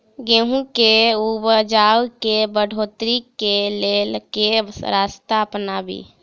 गेंहूँ केँ उपजाउ केँ बढ़ोतरी केँ लेल केँ रास्ता अपनाबी?